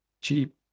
cheap